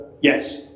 Yes